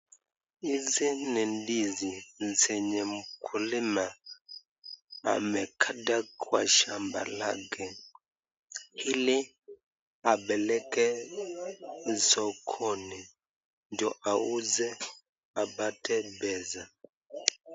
Hizi ni ndizi zenye mkulima amekata kwa shamba lake ili apeleke sokoni ndio auze apate pesa.